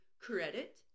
credit